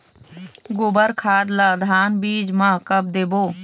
गोबर खाद ला धान बीज म कब देबो?